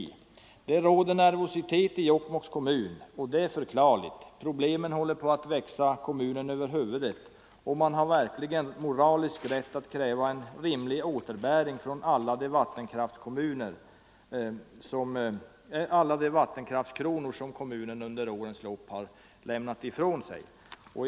Det råder nervositet i Jokkmokks kommun, och det är förklarligt. Problemen håller på att växa kommunen över huvudet, och man har verkligen moralisk rätt att kräva en rimlig återbäring för alla de vattenkraftskronor som kommunen under årens lopp har lämnat ifrån sig.